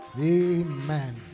Amen